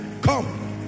Come